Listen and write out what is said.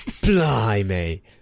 Blimey